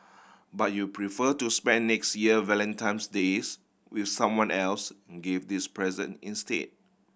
but you prefer to spend next year Valentine's Days with someone else give these present instead